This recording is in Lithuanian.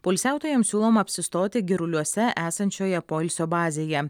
poilsiautojams siūloma apsistoti giruliuose esančioje poilsio bazėje